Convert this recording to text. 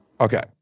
Okay